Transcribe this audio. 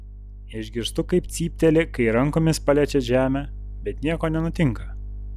išgirstu kaip cypteli kai rankomis paliečia žemę bet nieko nenutinka